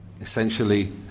essentially